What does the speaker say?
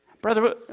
brother